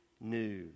new